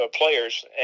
players